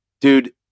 Dude